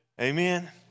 Amen